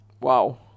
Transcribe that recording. Wow